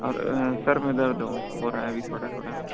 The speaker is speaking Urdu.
اور سر میں درد ہو رہا ہے ابھی تھوڑا تھوڑا